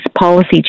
policy